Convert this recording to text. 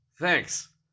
Thanks